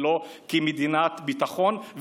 ולא כמדינת ביטחון,